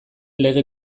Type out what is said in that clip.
lege